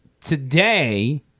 today